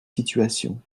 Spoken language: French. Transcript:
situation